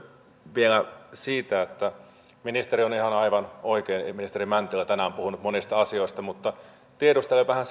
vielä siitä ministeri mäntylä on aivan oikein tänään puhunut monista asioista mutta tiedustelen vähän